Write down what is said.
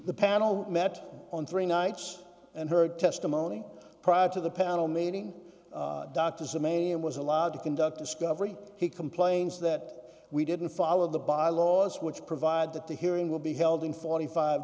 the panel met on three nights and heard testimony prior to the panel meeting doctors a may and was allowed to conduct discovery he complains that we didn't follow the bylaws which provide that the hearing will be held in forty five